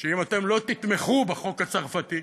שאם אתם לא תתמכו בחוק הצרפתי,